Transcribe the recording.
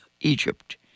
Egypt